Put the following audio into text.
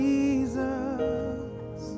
Jesus